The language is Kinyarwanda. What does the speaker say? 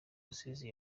rusizi